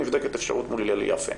נבדקת אפשרות מול הלל יפה'.